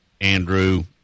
Andrew